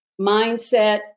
mindset